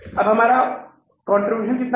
अब हमारा कितना कंट्रीब्यूशन है